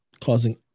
causing